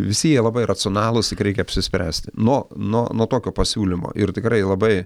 visi jie labai racionalūs tik reikia apsispręsti nuo nuo nuo tokio pasiūlymo ir tikrai labai